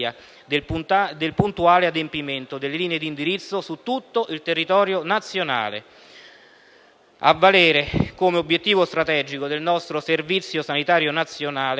del puntuale adempimento delle linee di indirizzo su tutto il territorio nazionale, a valere come obiettivo strategico del nostro Servizio sanitario nazionale,